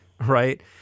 Right